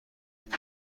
این